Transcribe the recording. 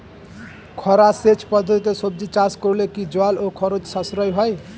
খরা সেচ পদ্ধতিতে সবজি চাষ করলে কি জল ও খরচ সাশ্রয় হয়?